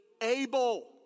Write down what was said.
able